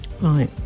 Right